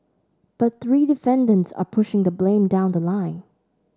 but three defendants are pushing the blame down the line